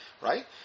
right